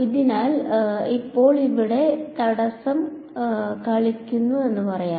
അതിനാൽ ഇപ്പോൾ ഞാൻ ഇവിടെ തടസ്സം കളിക്കുന്നു എന്ന് പറയാം